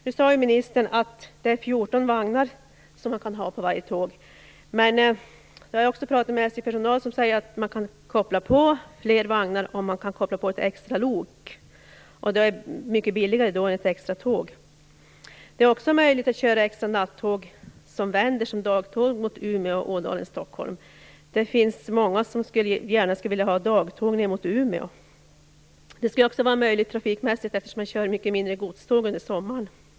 Nu sade ministern att man kan ha 14 vagnar på varje tåg. Man jag har också talat med SJ-personal som säger att man kan koppla på fler vagnar om man kan koppla på ett extra lok. Det är mycket billigare än ett extratåg. Det är också möjligt att köra extra nattåg som vänder som dagtåg mot Umeå-Ådalen-Stockholm. Det finns många som gärna skulle vilja ha dagtåg ner mot Umeå. Det skulle också vara möjligt trafikmässigt, eftersom det kör mycket färre godståg under sommaren.